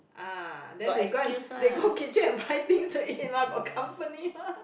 ah then they go and they go kitchen and find things to eat lah got company mah